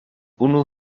unu